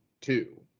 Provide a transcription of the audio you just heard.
two